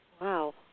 Wow